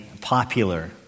popular